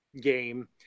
game